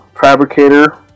fabricator